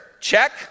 check